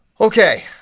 okay